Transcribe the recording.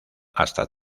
hasta